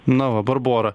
na va barbora